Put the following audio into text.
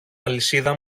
αλυσίδα